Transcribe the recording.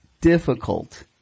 difficult